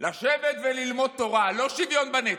לשבת וללמוד תורה, לא שוויון בנטל,